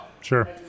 sure